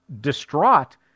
distraught